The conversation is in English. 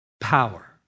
power